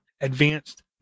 advanced